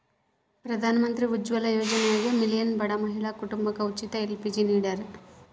ಪ್ರಧಾನಮಂತ್ರಿ ಉಜ್ವಲ ಯೋಜನ್ಯಾಗ ಮಿಲಿಯನ್ ಬಡ ಮಹಿಳಾ ಕುಟುಂಬಕ ಉಚಿತ ಎಲ್.ಪಿ.ಜಿ ನಿಡ್ಯಾರ